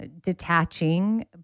detaching